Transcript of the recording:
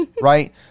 Right